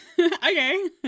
Okay